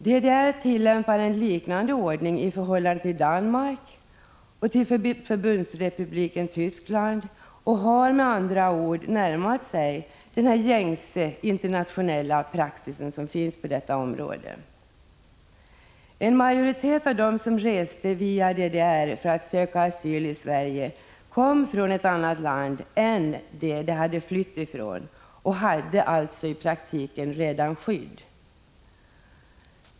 DDR tillämpar en liknande ordning i förhållande till Danmark och Förbundsrepubliken Tyskland och har med andra ord närmat sig gängse internationell praxis på detta område. En majoritet av dem som reste via DDR för att söka asyl i Sverige kom från ett annat land än det de hade flytt ifrån och hade alltså i praktiken redan skydd.